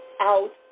out